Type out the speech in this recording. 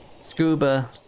scuba